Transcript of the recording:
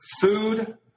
food